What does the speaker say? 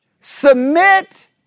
Submit